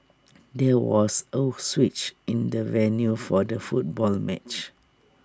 there was A switch in the venue for the football match